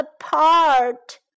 apart